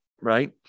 Right